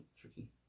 tricky